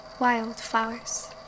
Wildflowers